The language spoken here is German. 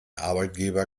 arbeitgeber